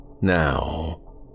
Now